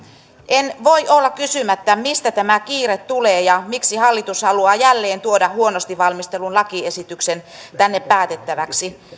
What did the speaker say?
en voi olla kysymättä mistä tämä kiire tulee ja miksi hallitus haluaa jälleen tuoda huonosti valmistellun lakiesityksen tänne päätettäväksi